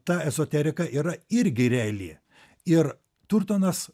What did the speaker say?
ta ezoterika yra irgi reali ir turtonas